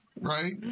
Right